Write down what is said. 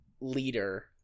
leader